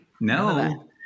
No